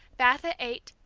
bath at eight,